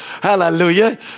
Hallelujah